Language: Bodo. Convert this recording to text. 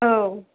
औ